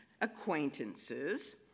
acquaintances